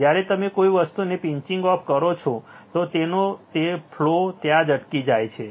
જ્યારે તમે કોઈ વસ્તુને પિંચિંગ ઑફ કરો છો તો તે તેનો ફ્લો ત્યાં જ અટકી જાય છે